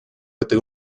этой